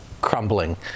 crumbling